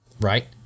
right